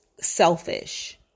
selfish